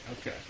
Okay